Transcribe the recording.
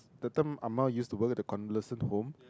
the term ah ma used to work at a condolence home